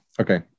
okay